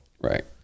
right